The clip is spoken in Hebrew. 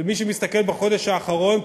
ומי שמסתכל בחודש האחרון,